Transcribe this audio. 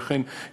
וכן,